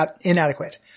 inadequate